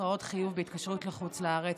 התראות חיוב בהתקשרות לחוץ לארץ),